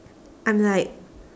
I'm like